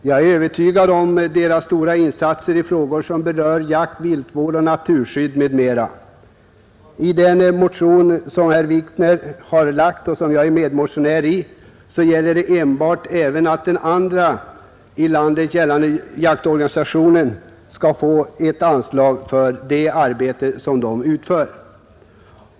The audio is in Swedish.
Jag är övertygad om Svenska jägareförbundets stora insatser i frågor som berör jakt, viltvård och naturskydd m.m. Den motion som herr Wikner väckt med bl.a. mig som medmotionär gäller enbart att också den andra fungerande jaktorganisationen skall få ett anslag för det arbete den utför.